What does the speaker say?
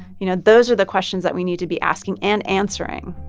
you know, those are the questions that we need to be asking and answering.